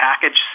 package